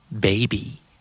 Baby